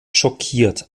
schockiert